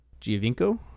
Giovinko